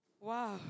Wow